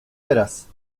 veras